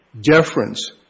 deference